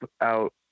out